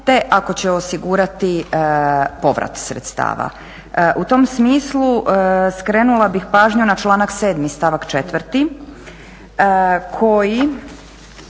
te ako će osigurati povrat sredstava. U tom smislu skrenula bih pažnju na članak 7., stavak 4. koji